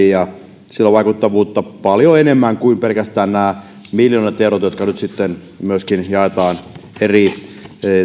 ja sillä on vaikuttavuutta paljon enemmän kuin pelkästään nämä miljoonat eurot jotka nyt sitten myöskin jaetaan eri